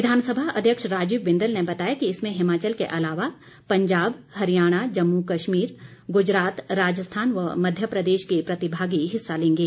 विधानसभा अध्यक्ष राजीव बिंदल ने बताया कि इसमें हिमाचल के अलावा पंजाब हरियाणा जम्मू कश्मीर गुजरात राजस्थान व मध्य प्रदेश के प्रतिभागी हिस्सा लेंगे